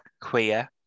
queer